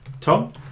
Tom